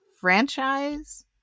franchise